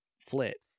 flit